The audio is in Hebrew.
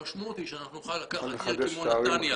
המשמעות היא שאנחנו נוכל לקחת עיר כמו נתניה